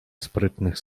sprytnych